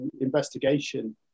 investigation